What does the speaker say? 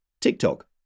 TikTok